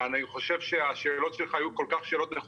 אני חושב שהשאלות שלך היו שאלות כל כך נכונות,